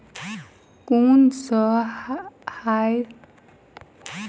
कुन सँ हायब्रिडस गेंहूँ सब सँ नीक उपज देय अछि?